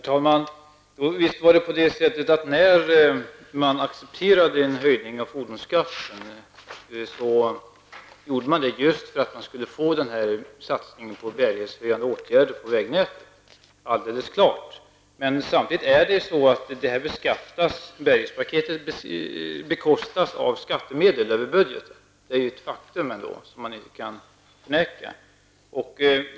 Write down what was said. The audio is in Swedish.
Herr talman! Visst var det så att när man accepterade en höjning av fordonsskatten gjorde man det för att få en satsning på bärighetshöjande åtgärder på vägnätet. Det är alldeles klart. Men bärighetsprogrammet bekostas av skattemedel över budgeten. Det är ett faktum som man inte kan förneka.